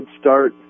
start